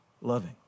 loving